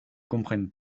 comprenne